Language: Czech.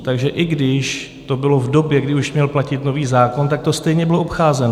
Takže i když to bylo v době, kdy už měl platit nový zákon, tak to stejně bylo obcházeno.